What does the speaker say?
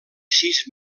sis